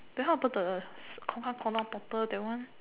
then how about the Coca-Cola bottle that one